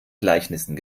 gleichnissen